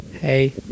Hey